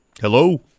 Hello